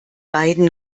beiden